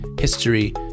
history